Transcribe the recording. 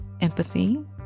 empathy